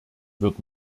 wird